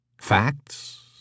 facts